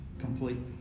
completely